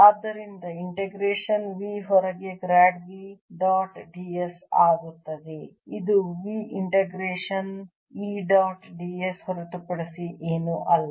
ಆದ್ದರಿಂದ ಈ integration V ಹೊರಗೆ ಗ್ರಾಡ್ V ಡಾಟ್ ds ಆಗುತ್ತದೆ ಇದು V integration E dot ds ಹೊರತುಪಡಿಸಿ ಏನೂ ಅಲ್ಲ